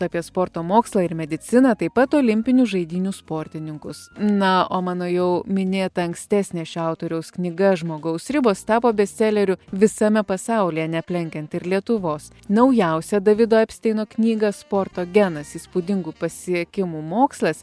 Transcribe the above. apie sporto mokslą ir mediciną taip pat olimpinių žaidynių sportininkus na o mano jau minėta ankstesnė šio autoriaus knyga žmogaus ribos tapo bestseleriu visame pasaulyje neaplenkiant ir lietuvos naujausia davido epsteino knygą sporto genas įspūdingų pasiekimų mokslas